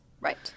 Right